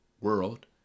world